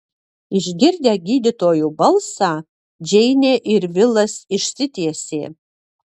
išgirdę gydytojo balsą džeinė ir vilas išsitiesė